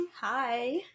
Hi